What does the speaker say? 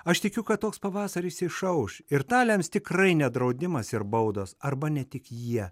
aš tikiu kad toks pavasaris išauš ir tą lems tikrai ne draudimas ir baudos arba ne tik jie